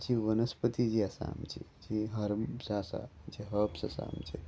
जी वनस्पती जी आसा आमची जी हर्ब्स आसा जे हर्ब्स आसा आमचे